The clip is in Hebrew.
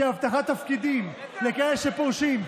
של הבטחת תפקידים לכאלה שפורשים,